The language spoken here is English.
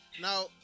Now